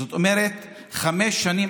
זאת אומרת חמש שנים,